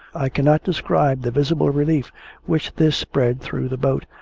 i cannot describe the visible relief which this spread through the boat,